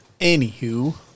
Anywho